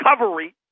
recovery